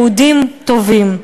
"יהודים טובים".